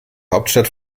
hauptstadt